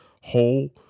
whole